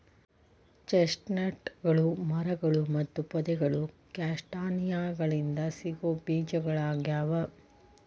ಚೆಸ್ಟ್ನಟ್ಗಳು ಮರಗಳು ಮತ್ತು ಪೊದೆಗಳು ಕ್ಯಾಸ್ಟಾನಿಯಾಗಳಿಂದ ಸಿಗೋ ಬೇಜಗಳಗ್ಯಾವ